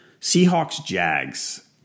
Seahawks-Jags